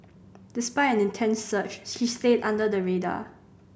despite an intense search she stayed under the radar